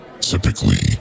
Typically